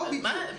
לא בדיוק.